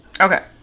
Okay